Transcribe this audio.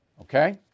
Okay